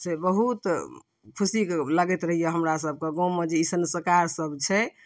से बहुत खुशी कऽ लगैत रहैए हमरा सभकऽ गाँवमे जे ई संस्कार सभ छै